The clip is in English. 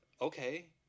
Okay